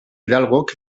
hidalgok